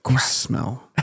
smell